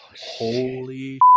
holy